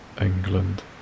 England